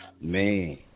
Man